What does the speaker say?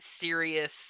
serious